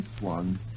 one